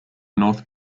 north